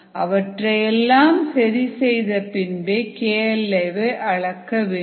அவற்றையெல்லாம் சரி செய்த பின்பே KL a வை அளக்க வேண்டும்